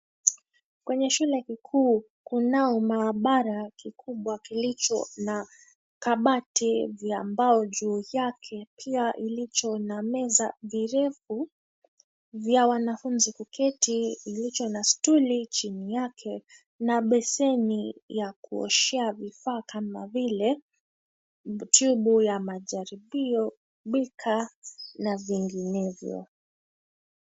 Kwenye shule kikuu kunao maabara kikubwa kilicho na kabati vya mbao juu yake. Pia ulicho na meza virefu vya wanafunzi kuketi kilicho na stuli chini yake na beseni ya kuoshea vifaa kama vile tube ya majaribio, beaker na vinginevyo.